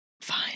Fine